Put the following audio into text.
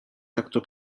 takto